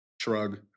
shrug